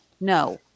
No